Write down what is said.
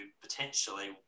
potentially